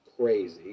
crazy